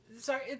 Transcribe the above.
sorry